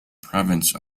province